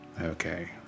Okay